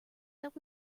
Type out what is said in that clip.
that